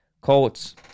Colts